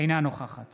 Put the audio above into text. אינה נוכחת